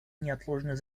неотложной